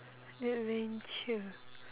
adventure